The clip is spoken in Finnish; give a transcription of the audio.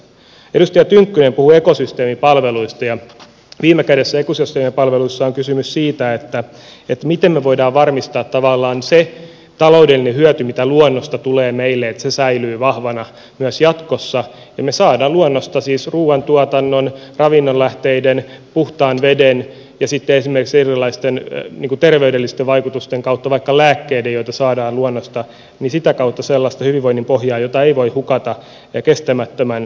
edustaja tynkkynen puhui ekosysteemipalveluista ja viime kädessä ekosysteemipalveluissa on kysymys siitä miten me voimme tavallaan varmistaa että se taloudellinen hyöty mikä luonnosta tulee meille säilyy vahvana myös jatkossa ja me saamme luonnosta siis ruoantuotannon ravinnonlähteiden puhtaan veden ja esimerkiksi erilaisten terveydellisten vaikutusten kautta vaikka lääkkeiden joita saadaan luonnosta sellaista hyvinvoinnin pohjaa jota ei voi hukata kestämättömän hyödyntämisen takia